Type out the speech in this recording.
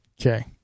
okay